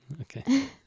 Okay